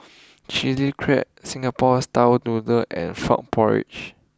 Chilli Crab Singapore style Noodles and Frog Porridge